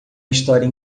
história